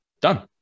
done